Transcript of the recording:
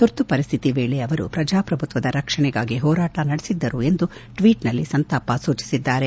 ತುರ್ತು ಪರಿಸ್ಥಿತಿ ವೇಳೆ ಅವರು ಪ್ರಜಾಪ್ರಭುತ್ವದ ರಕ್ಷಣೆಗಾಗಿ ಹೋರಾಟ ನಡೆಸಿದ್ದರು ಎಂದು ಟ್ವೀಟ್ನಲ್ಲಿ ಸಂತಾಪ ಸೂಚಿಸಿದ್ದಾರೆ